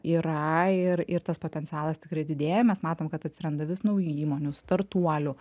yra ir ir tas potencialas tikrai didėja mes matom kad atsiranda vis naujų įmonių startuolių